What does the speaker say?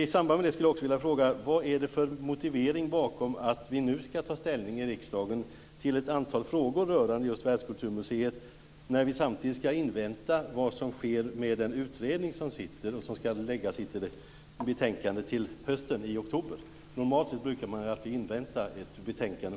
I samband med detta skulle jag också vilja fråga vilken motivering som ligger bakom att vi nu skall ta ställning i riksdagen till ett antal frågor rörande just Världskulturmuseet, när vi samtidigt skall invänta den sittande utredningens betänkande som kommer i oktober? Normalt sett inväntar man alltid en utrednings betänkande.